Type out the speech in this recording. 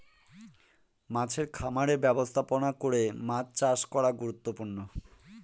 মাছের খামারের ব্যবস্থাপনা করে মাছ চাষ করা গুরুত্বপূর্ণ